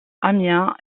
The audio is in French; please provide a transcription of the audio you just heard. amiens